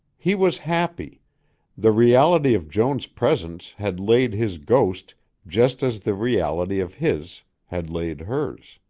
he was happy the reality of joan's presence had laid his ghost just as the reality of his had laid hers.